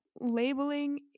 labeling